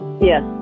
Yes